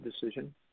decision